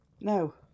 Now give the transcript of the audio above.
No